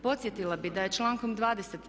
Podsjetila bih da je člankom 20.